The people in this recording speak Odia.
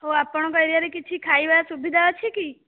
ହଉ ଆପଣଙ୍କ ଏରିଆରେ କିଛି ଖାଇବା ସୁବିଧା ଅଛି କି